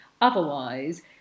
Otherwise